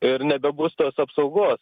ir nebebus tos apsaugos